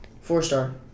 Four-star